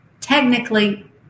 technically